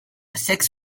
six